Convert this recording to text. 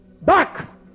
Back